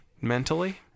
mentally